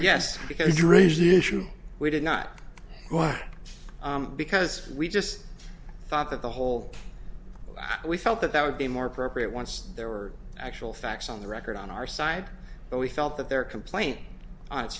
yes because you raise the issue we did not go out because we just thought that the whole we felt that that would be more appropriate once there were actual facts on the record on our side but we felt that their complaint o